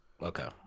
Okay